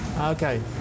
Okay